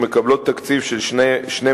והן מקבלות תקציב של 2,070,000,